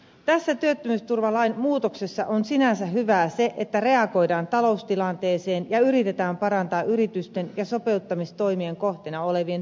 tässä työttömyysturvalain muutoksessa on sinänsä hyvää se että reagoidaan taloustilanteeseen ja yritetään parantaa yritysten ja sopeuttamistoimien kohteina olevien työntekijöiden asemaa